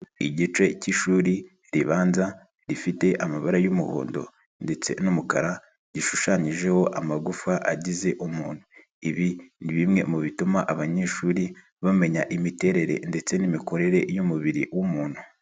Igice cy'ishuri ribanza rifite amabara y'umuhondo ndetse n'umukara gishushanyijeho amagufa agize umuntu, ibi ni bimwe mu bituma abanyeshuri bamenya imiterere ndetse n'imikorere y'umubiri w'umuntu.